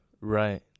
right